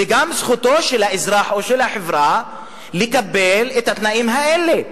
וגם זכותו של האזרח או זכותה של החברה לקבל את התנאים האלה.